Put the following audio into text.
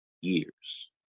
years